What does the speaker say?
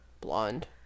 Blonde